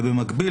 ובמקביל,